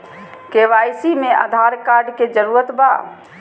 KYC में Aadhaar card के जरूरत बा?